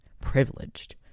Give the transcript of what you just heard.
Privileged